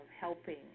helping